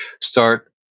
start